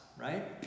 right